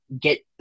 get